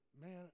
man